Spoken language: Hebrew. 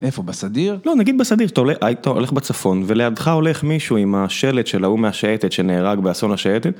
איפה? בסדיר? לא, נגיד בסדיר. אתה הולך בצפון ולידך הולך מישהו עם השלט של ההוא מהשייטת שנהרג באסון השייטת.